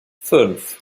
fünf